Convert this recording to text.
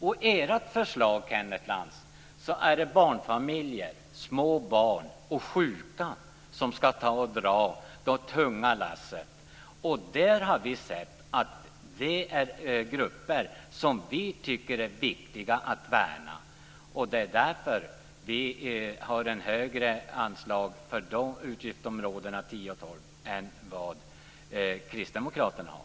I ert förslag är det barnfamiljer, små barn och sjuka som ska dra de tunga lassen. Vi har sagt att det är grupper som vi tycker är viktiga att värna. Det är därför vi har ett högre anslag till utgiftsområdena 10 och 12 än vad kristdemokraterna har.